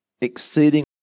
exceeding